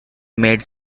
made